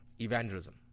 evangelism